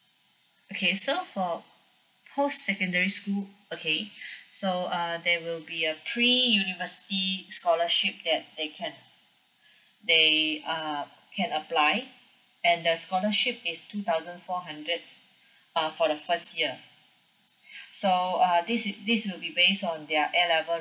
okay so for whole secondary school okay so err there will be uh three university scholarship that they can they err can apply and the scholarship is two thousand four hundreds uh for the first year so uh this is this will be based on their A level